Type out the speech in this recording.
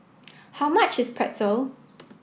how much is Pretzel